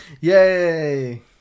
yay